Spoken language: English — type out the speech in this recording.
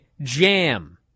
jam